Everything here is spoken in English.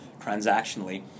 transactionally